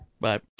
bye